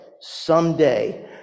someday